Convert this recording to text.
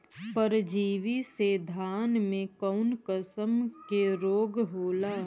परजीवी से धान में कऊन कसम के रोग होला?